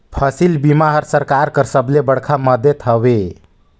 फसिल बीमा हर सरकार कर सबले बड़खा मदेत हवे